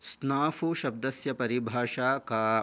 स्नाफ़ुशब्दस्य परिभाषा का